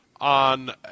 On